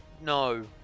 no